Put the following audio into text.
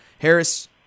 Harris